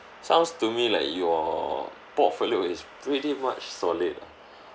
sounds to me like your portfolio is really much solid ah